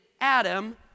Adam